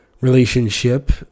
relationship